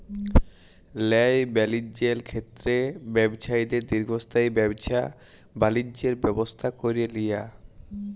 ল্যায় বালিজ্যের ক্ষেত্রে ব্যবছায়ীদের দীর্ঘস্থায়ী ব্যাবছা বালিজ্যের ব্যবস্থা ক্যরে লিয়া